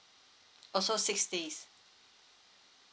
also six days